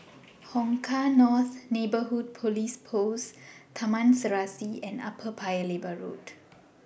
Hong Kah North Neighbourhood Police Post Taman Serasi and Upper Paya Lebar Road